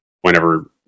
whenever